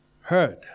Heard